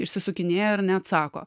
išsisukinėja ar neatsako